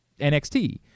NXT